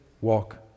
walk